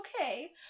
okay